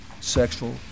sexual